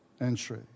entry